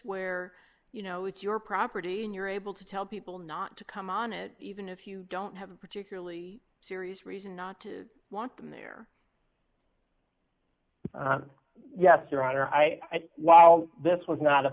where you know it's your property and you're able to tell people not to come on it even if you don't have a particularly serious reason not to want them there yes your honor i while this was not a